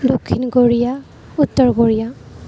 দক্ষিণ কোৰিয়া উত্তৰ কোৰিয়া